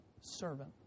servant